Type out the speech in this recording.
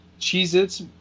Cheez-Its